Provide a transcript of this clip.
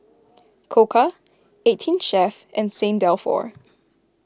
Koka eighteen Chef and Saint Dalfour